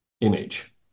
image